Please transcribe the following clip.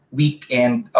weekend